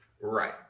Right